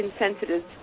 insensitive